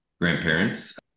grandparents